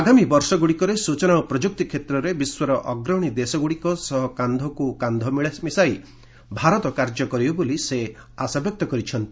ଆଗାମୀ ବର୍ଷଗୁଡ଼ିକରେ ସୂଚନା ଓ ପ୍ରଯୁକ୍ତି କ୍ଷେତ୍ରରେ ବିଶ୍ୱର ଅଗ୍ରଣୀ ଦେଶଗୁଡ଼ିକ ସହ କାନ୍ଧକୁ କାନ୍ଧ ମିଶାଇ ଭାରତ କାର୍ଯ୍ୟ କରିବ ବୋଲି ଆଶା ବ୍ୟକ୍ତ କରିଛନ୍ତି